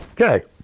Okay